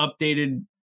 updated